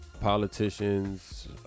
politicians